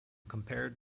compared